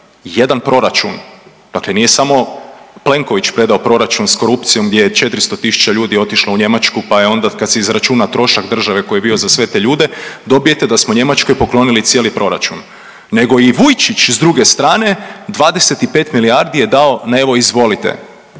jedan proračun. Dakle, nije samo Plenković predao proračun sa korupcijom gdje je 400 000 ljudi otišlo u Njemačku pa je onda kad se izračuna trošak države koji je bio za sve te ljude dobijete da smo Njemačkoj poklonili cijeli proračun. Nego i Vujčić s druge strane 25 milijardi je dao na evo izvolite.